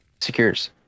secures